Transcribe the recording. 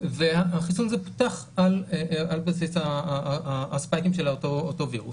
והחיסון הזה פותח על בסיס האספקטים של אותו וירוס,